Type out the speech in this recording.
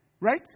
Right